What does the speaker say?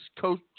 coach